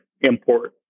import